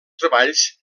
treballs